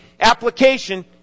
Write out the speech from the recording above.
application